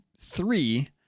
three